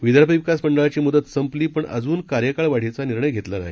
विदर्भ विकास मंडळाची म्दत संपली पण अजून कार्यकाळ वाढीचा निर्णय घेतला नाही